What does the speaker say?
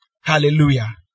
Hallelujah